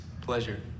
pleasure